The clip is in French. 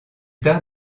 tard